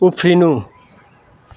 उफ्रिनु